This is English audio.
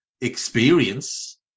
experience